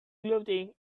clothing